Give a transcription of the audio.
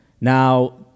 Now